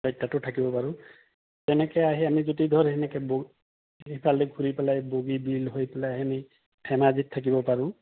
তাইৰ তাতো থাকিব পাৰোঁ তেনেকৈ আহি আমি যুদি ধৰ সেনেকৈ সেইফালে ঘূৰি পেলাই বগীবিল হৈ পেলাই আমি ধেমাজিত থাকিব পাৰোঁ